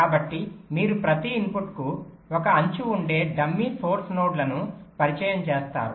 కాబట్టి మీరు ప్రతి ఇన్పుట్లకు ఒక అంచు ఉండే డమ్మీ సోర్స్ నోడ్ లను పరిచయం చేస్తారు